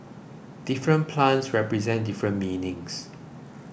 different plants represent different meanings